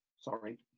sorry